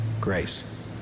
grace